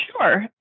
Sure